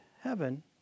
heaven